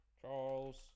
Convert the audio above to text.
Charles